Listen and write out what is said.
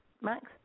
Max